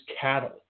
cattle